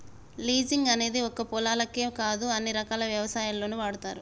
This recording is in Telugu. లీజింగ్ అనేది ఒక్క పొలాలకే కాదు అన్ని రకాల వ్యవస్థల్లోనూ వాడతారు